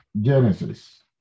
Genesis